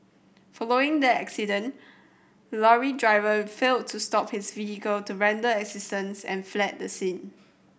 following the accident lorry driver failed to stop his vehicle to render assistance and fled the scene